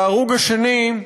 וההרוג השני,